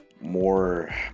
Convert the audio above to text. more